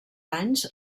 anys